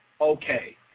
Okay